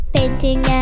Painting